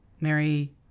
Mary